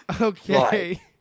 Okay